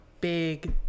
big